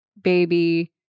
baby